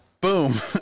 Boom